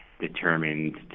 determined